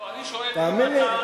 לא, אני שואל אם זכור לך כשר,